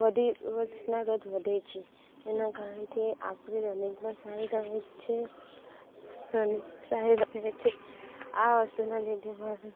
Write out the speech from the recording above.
રોજના રોજ વધે છે એના કારણથી આપણી રનિંગ પણ સારી ચાલે છે અન સારી રહે છે આ વસ્તુના લીધે મારે